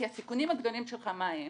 כי הסיכונים הגדולים שלך מה הם